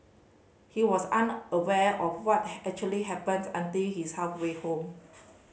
he was unaware of what had actually happened until he's halfway home